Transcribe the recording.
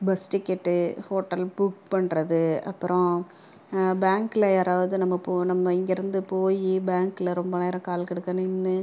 bus ticket hotel book பண்ணுறது அப்புறம் பேங்கில் யாராவது நம்ம போ நம்ம இங்கேருந்து போய் பேங்கில் ரொம்ப நேரம் கால் கடுக்க நின்று